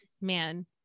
man